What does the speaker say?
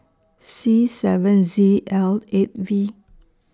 C seven Z L eight V